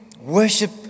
worship